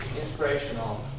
inspirational